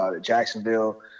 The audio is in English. Jacksonville